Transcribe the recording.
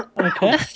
Okay